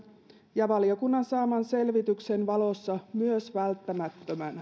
ja valiokunnan saaman selvityksen valossa myös välttämättömänä